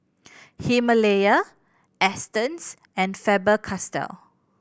Himalaya Astons and Faber Castell